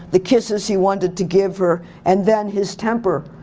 the kisses he wanted to give her, and then his temper.